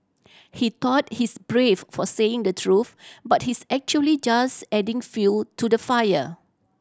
he thought he's brave for saying the truth but he's actually just adding fuel to the fire